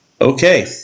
okay